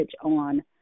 on